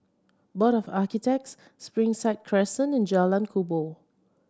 Board of Architects Springside Crescent and Jalan Kubor